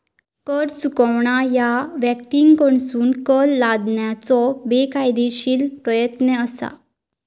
कर चुकवणा ह्या व्यक्तींकडसून कर लादण्याचो बेकायदेशीर प्रयत्न असा